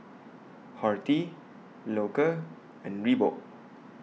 Horti Loacker and Reebok